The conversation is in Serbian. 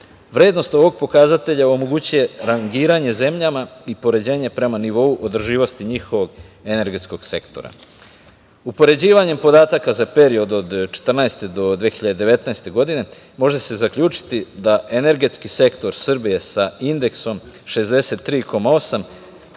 Vrednost ovog pokazatelja omogućuje rangiranje zemljama i poređenje prema nivou održivosti njihovog energetskog sektora. Upoređivanjem podataka za period od 2014. do 2019. godine može se zaključiti da energetski sektor Srbije sa indeksom 63,8%